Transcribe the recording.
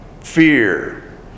fear